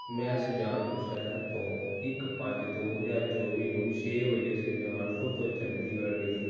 ਮੈਂ ਸੁਜਾਨਪੁਰ ਸ਼ਹਿਰ ਤੋਂ ਇੱਕ ਪੰਜ ਦੋ ਹਜ਼ਾਰ ਚੌਵੀ ਨੂੰ ਛੇ ਵਜੇ ਸੁਜਾਨਪੁਰ ਤੋਂ ਚੰਡੀਗੜ੍ਹ ਲਈ